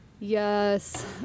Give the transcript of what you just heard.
Yes